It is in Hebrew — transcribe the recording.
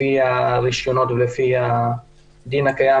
לפי הרישיונות ולפי הדין הקיים,